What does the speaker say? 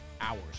hours